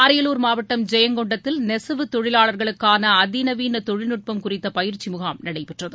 அரியலூர் மாவட்டம் ஜெயங்கொண்டத்தில் நெசவுத் தொழிலாளர்களுக்கான அதிநவீன தொழில்நட்பம் குறித்த பயிற்சி முகாம் நடைபெற்றது